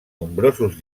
nombrosos